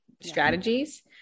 strategies